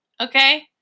Okay